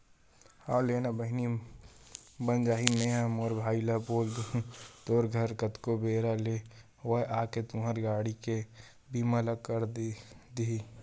हव लेना ना बहिनी बन जाही मेंहा मोर भाई ल बोल दुहूँ तोर घर कतको बेरा ले होवय आके तुंहर घर के गाड़ी के बीमा ल कर दिही